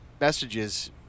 messages